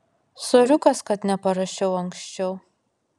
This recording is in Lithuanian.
soriukas kad neparašiau anksčiau